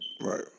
Right